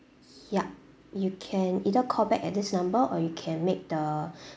yup you can either call back at this number or you can make the